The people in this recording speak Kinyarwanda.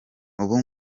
ubu